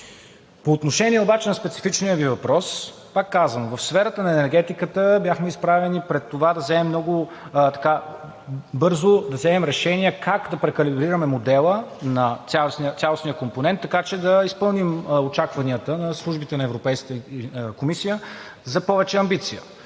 По отношение обаче на специфичния Ви въпрос, пак казвам, в сферата на енергетиката бяхме изправени пред това да вземем много бързо решения как да прекалибрираме модела на цялостния компонент, така че да изпълним очакванията на службите на Европейската комисия за повече амбиция.